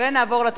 להעביר את